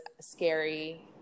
scary